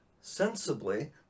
sensibly